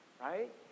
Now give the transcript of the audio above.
right